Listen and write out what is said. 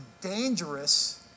dangerous